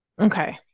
Okay